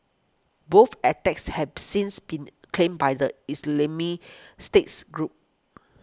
both attacks have since been claimed by the Islamic States group